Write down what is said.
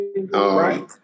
Right